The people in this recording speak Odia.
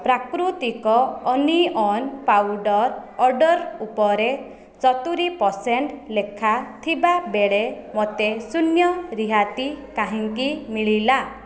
ପ୍ରାକୃତିକ ଅନିଅନ୍ ପାଉଡର୍ ଅର୍ଡ଼ର୍ ଉପରେ ସତୁରୀ ପରସେଣ୍ଟ ଲେଖା ଥିବାବେଳେ ମୋତେ ଶୂନ୍ୟ ରିହାତି କାହିଁକି ମିଳିଲା